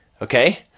okay